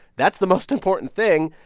that's the most important thing.